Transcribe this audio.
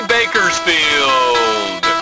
Bakersfield